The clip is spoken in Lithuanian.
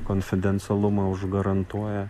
konfidencialumą užgarantuoja